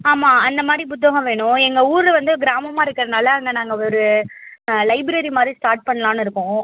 ஆமாம் அந்த மாதிரி புத்தகம் வேணும் எங்கள் ஊர் வந்து கிராமமாக இருக்கிறனால அங்கே நாங்கள் ஒரு லைப்ரரி மாதிரி ஸ்டார்ட் பண்ணலான்னு இருக்கோம்